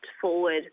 forward